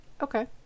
Okay